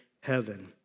heaven